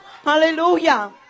hallelujah